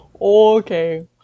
Okay